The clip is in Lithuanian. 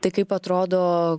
tai kaip atrodo